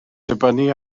dibynnu